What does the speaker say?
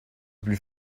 plus